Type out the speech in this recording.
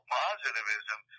positivism